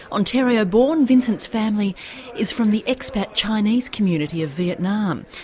ontario born vincent's family is from the expat chinese community of vietnam.